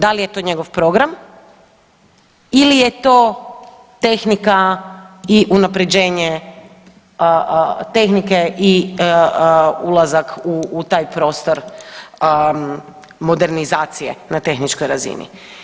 Da li je to njegov program ili je to tehnika i unapređenje tehnike i ulazak u taj prostor modernizacije na tehničkoj razini.